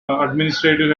administrative